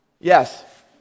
Yes